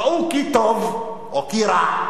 ראו כי טוב, או כי רע,